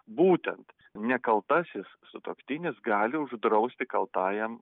būtent nekaltasis sutuoktinis gali uždrausti kaltajam